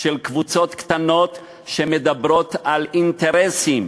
של קבוצות קטנות שמדברות על אינטרסים